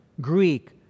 Greek